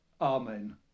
Amen